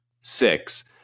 six